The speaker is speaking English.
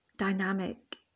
dynamic